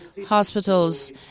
hospitals